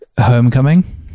Homecoming